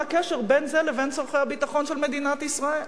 הקשר בין זה לבין צורכי הביטחון של מדינת ישראל.